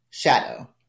Shadow